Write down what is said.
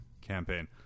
campaign